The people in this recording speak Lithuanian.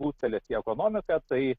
plūstelės į ekonomiką tai